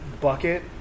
bucket